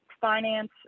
finance